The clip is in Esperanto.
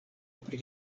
pri